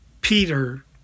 Peter